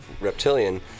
Reptilian